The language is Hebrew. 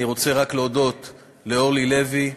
אני רוצה רק להודות לאורלי לוי,